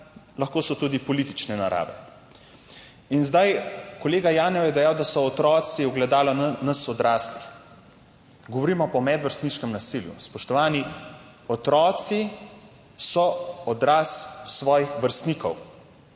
lahko so tudi politične narave. Kolega Janev je dejal, da so otroci ogledalo nas odraslih, govorimo pa o medvrstniškem nasilju. Spoštovani, otroci so odraz svojih vrstnikov.